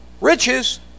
riches